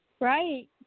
Right